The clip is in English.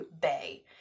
bay